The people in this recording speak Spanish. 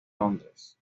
londres